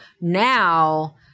now